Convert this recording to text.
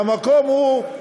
והמקום הוא,